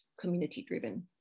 community-driven